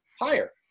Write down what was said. higher